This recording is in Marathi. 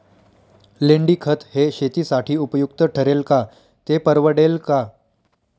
लेंडीखत हे शेतीसाठी उपयुक्त ठरेल का, ते परवडेल का?